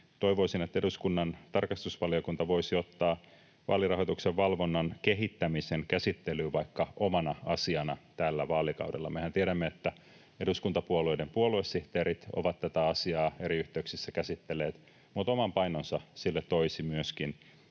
toivoisin, että eduskunnan tarkastusvaliokunta voisi ottaa vaalirahoituksen valvonnan kehittämisen käsittelyyn vaikka omana asiana tällä vaalikaudella. Mehän tiedämme, että eduskuntapuolueiden puoluesihteerit ovat tätä asiaa eri yhteyksissä käsitelleet, mutta oman painonsa sille toisi myöskin